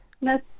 No